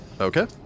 Okay